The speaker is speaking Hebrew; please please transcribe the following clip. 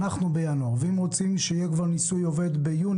ואם רוצים שיהיה ניסוי ביוני,